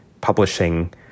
publishing